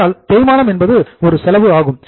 ஆனால் தேய்மானம் என்பது ஒரு செலவு ஆகும்